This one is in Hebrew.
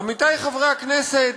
עמיתי חברי הכנסת,